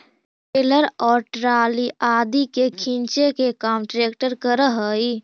trailer और trolley आदि के खींचे के काम ट्रेक्टर करऽ हई